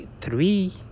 three